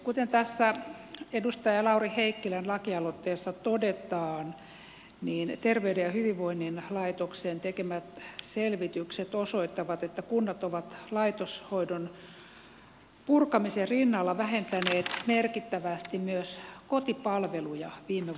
kuten tässä edustaja lauri heikkilän lakialoitteessa todetaan terveyden ja hyvinvoinnin laitoksen tekemät selvitykset osoittavat että kunnat ovat laitoshoidon purkamisen rinnalla vähentäneet merkittävästi myös kotipalveluja viime vuosina